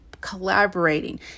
collaborating